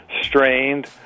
strained